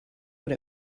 what